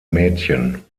mädchen